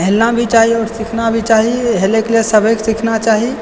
Helena भी चाही आओर सीखना भी चाही हेलयके लिए सभेके सीखना चाही